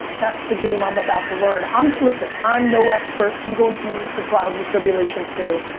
that's the game i'm about to learn. i'm, listen, i'm no expert, i'm going through the trials and tribulations too.